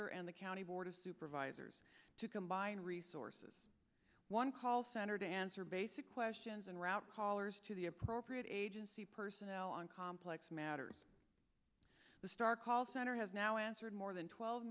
or and the county board of supervisors to combine resources one call center to answer basic questions and route callers to the appropriate agency personnel on complex matters the star call center has now answered more than twelve